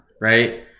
right